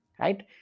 right